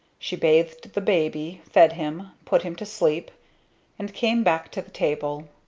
she bathed the baby, fed him, put him to sleep and came back to the table.